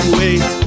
wait